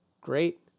Great